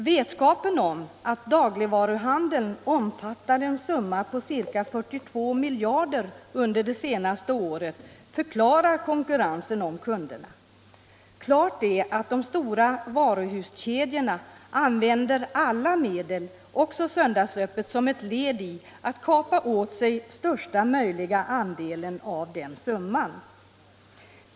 Vetskapen om att dagligvaruhandeln omfattade en summa på ca 42 miljarder under det senaste året förklarar konkurrensen om kunderna. Klart är att de stora varuhuskedjorna använder alla medel, också söndagsöppet, för att kapa åt sig största möjliga andel av den summan.